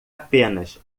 apenas